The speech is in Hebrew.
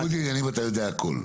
תקשיב, בניגוד עניינים אתה יודע הכל.